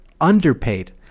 underpaid